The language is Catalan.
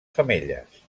femelles